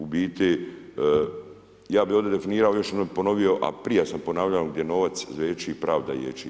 U biti, ja bih ovdje definirao, još jednom ponovio, a prije sam ponavljao gdje novac zveči i pravda ječi.